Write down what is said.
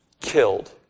killed